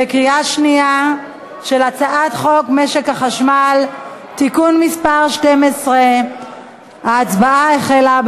בקריאה שנייה על הצעת חוק משק החשמל (תיקון מס' 12). ההצבעה החלה.